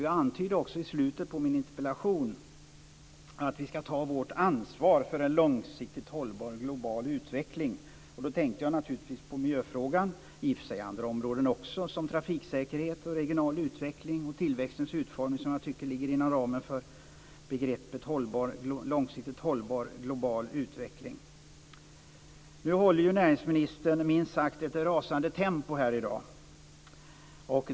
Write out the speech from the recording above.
Jag antydde också i slutet på min interpellation att vi skall ta vårt ansvar för en långsiktigt hållbar global utveckling. Då tänkte jag naturligtvis på miljöfrågan. Det finns i och för sig också andra områden som trafiksäkerhet, regional utveckling och tillväxtens utformning som jag tycker ligger inom ramen för begreppet långsiktigt hållbar global utveckling. Nu håller näringsministern minst sagt ett rasande tempo här i dag.